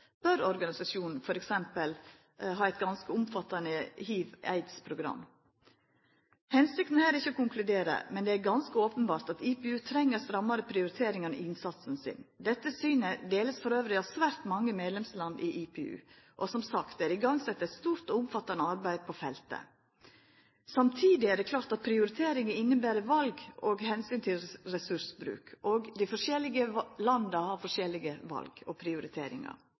Bør organisasjonen t.d. ha eit ganske omfattande hiv/aids-program? Hensikta her er ikkje å konkludera, men det er ganske openbert at IPU treng ei strammare prioritering når det gjeld innsatsen sin. Dette synet vert elles delt av svært mange medlemsland i IPU, og som sagt er det sett i gang eit stort og omfattande arbeid på feltet. Samtidig er det klart at prioritering inneber val med omsyn til ressursbruk, og dei forskjellige landa har forskjellige val og prioriteringar.